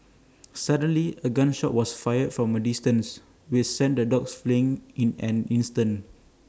suddenly A gun shot was fired from A distance which sent the dogs fleeing in an instant